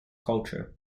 culture